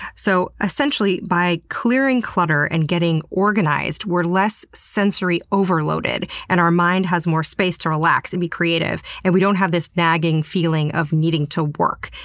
so essentially, by clearing clutter and getting organized, we're less sensory overloaded and our mind has more space to relax and be creative. and we don't have this nagging feeling of needing to work.